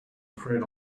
afraid